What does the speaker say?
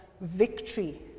victory